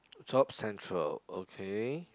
Jobs Central okay